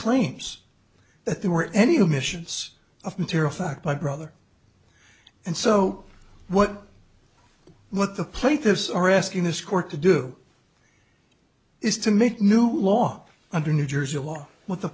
claims that there were any admissions of material fact by brother and so what what the plaintiffs are asking this court to do is to make new law under new jersey law with the